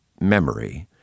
memory